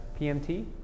PMT